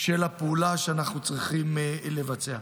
של הפעולה שאנחנו צריכים לבצע.